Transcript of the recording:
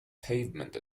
pavement